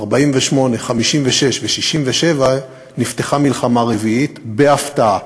48', 56' ו-67', נפתחה מלחמה רביעית בהפתעה,